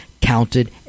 counted